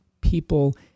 people